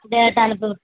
டேரெட்டாக அனுப்புங்கள்